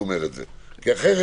אחרת